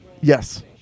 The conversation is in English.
yes